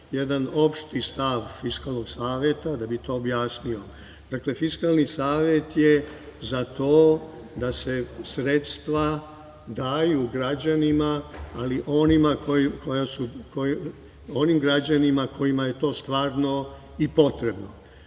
jedan opšti stav Fiskalnog saveta da bi to objasnio. Dakle, Fiskalni savet je za to da se sredstva daju građanima, ali onim građanima kojima je to stvarno i potrebno.